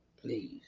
please